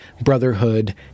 brotherhood